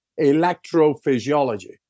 electrophysiology